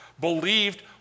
believed